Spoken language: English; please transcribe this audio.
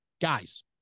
guys